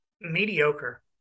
mediocre